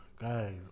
guys